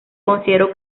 consideró